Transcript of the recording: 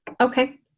Okay